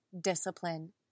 discipline